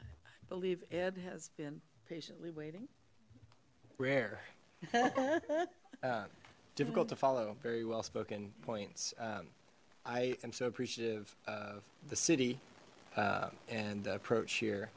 i believe ed has been patiently waiting rare difficult to follow very well spoken points i am so appreciative of the city and approach here